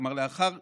כלומר לאחר